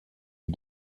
est